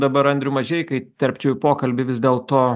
dabar andrių mažeiką įterpčiau į pokalbį vis dėlto